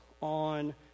on